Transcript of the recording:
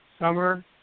summer